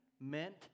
meant